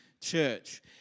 church